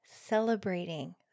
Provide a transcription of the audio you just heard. celebrating